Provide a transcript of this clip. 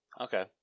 okay